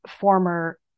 former